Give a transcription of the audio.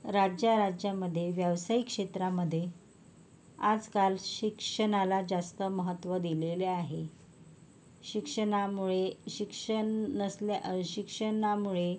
राज्या राज्यामध्ये व्यावसायिक क्षेत्रामध्ये आजकाल शिक्षणाला जास्त महत्त्व दिलेले आहे शिक्षणामुळे शिक्षण नसल्या शिक्षणामुळे